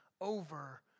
over